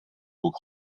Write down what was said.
入口